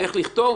איך לכתוב?